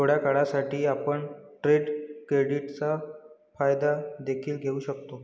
थोड्या काळासाठी, आपण ट्रेड क्रेडिटचा फायदा देखील घेऊ शकता